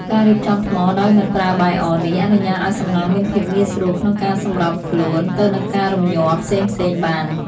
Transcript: ការរៀបចំថ្មដោយមិនប្រើបាយអនេះអនុញ្ញាតឱ្យសំណង់មានភាពងាយស្រួលក្នុងការសម្របខ្លួនទៅនឹងការរំញ័រផ្សេងៗបាន។